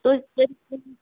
توتہِ کٔرِو کینٛہہ